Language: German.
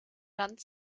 land